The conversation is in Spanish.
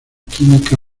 química